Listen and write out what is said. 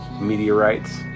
meteorites